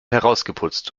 herausgeputzt